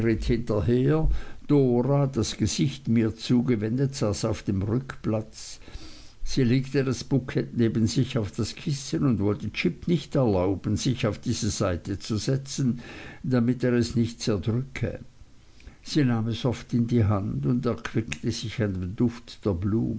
das gesicht mir zugewendet saß auf dem rückplatz sie legte das bukett neben sich auf das kissen und wollte jip nicht erlauben sich auf diese seite zu setzen damit er es nicht zerdrücke sie nahm es oft in die hand und erquickte sich an dem duft der